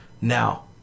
Now